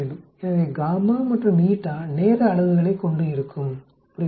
எனவே மற்றும் நேர அலகுகளை கொண்டு இருக்கும் புரிகிறதா